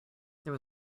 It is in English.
there